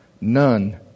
none